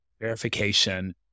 verification